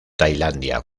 tailandia